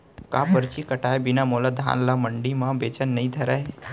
का परची कटाय बिना मोला धान ल मंडी म बेचन नई धरय?